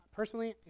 personally